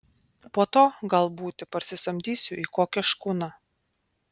po to gal būti parsisamdysiu į kokią škuną